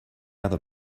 other